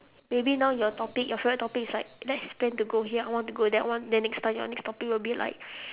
maybe now your topic your favorite topic is like let's plan to go here I want to go that one then next time your next topic would be like